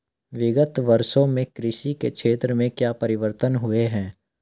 विगत वर्षों में कृषि के क्षेत्र में क्या परिवर्तन हुए हैं?